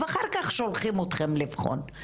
ואחר כך שולחים אתכם לבחון,